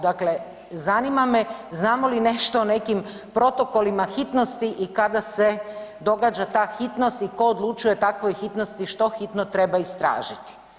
Dakle, zanima me znamo li nešto o nekim protokolima hitnosti i kada se događa ta hitnost i tko odlučuje o takvoj hitnosti, što hitno treba istražiti?